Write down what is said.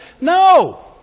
No